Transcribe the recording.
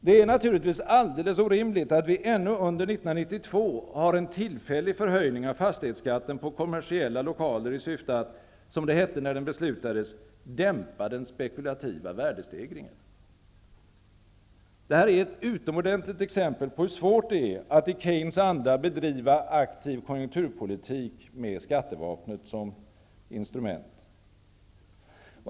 Det är naturligtvis alldeles orimligt att vi ännu under 1992 har en tillfällig förhöjning av fatighetsskatten på kommersiella lokaler i syfte att -- som det hette när den beslutades -- dämpa den spekulativa värdestegringen. Det är ett utomordentligt exempel på hur svårt det är att bedriva aktiv konjukturpolitik med skattevapnet som instrument.